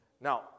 Now